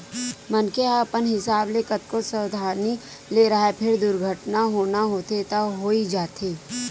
मनखे ह अपन हिसाब ले कतको सवधानी ले राहय फेर दुरघटना होना होथे त होइ जाथे